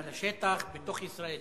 שטח בתוך ישראל,